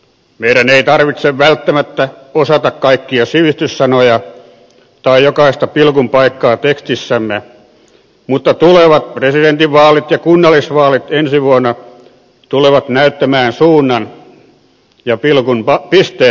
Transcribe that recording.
meidän ei tarvitse välttämättä osata kaikkia sivistyssanoja tai jokaista pilkun paikkaa tekstissämme mutta tulevat presidentinvaalit ja kunnallisvaalit ensi vuonna tulevat näyttämään suunnan ja pisteen paikan